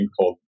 called